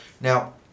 now